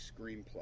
screenplay